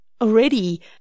already